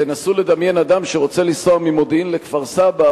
תנסו לדמיין אדם שרוצה לנסוע ממודיעין לכפר-סבא,